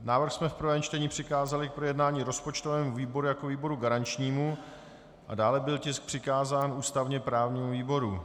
Návrh jsme v prvém čtení přikázali k projednání rozpočtovému výboru jako výboru garančnímu a dále byl tisk přikázán ústavněprávnímu výboru.